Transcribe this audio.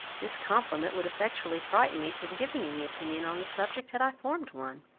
this compliment would effectually frighten me from giving any opinion on the subject had i formed one.